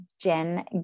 Jen